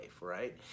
right